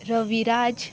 Raviraj